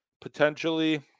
potentially